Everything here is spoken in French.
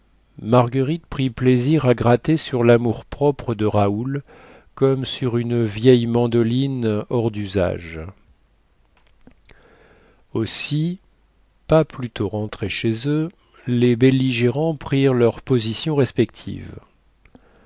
marguerite prit plaisir à gratter sur lamour propre de raoul comme sur une vieille mandoline hors dusage aussi pas plutôt rentrés chez eux les belligérants prirent leurs positions respectives